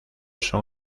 son